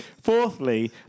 Fourthly